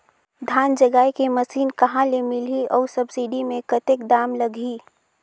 धान जगाय के मशीन कहा ले मिलही अउ सब्सिडी मे कतेक दाम लगही?